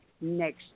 next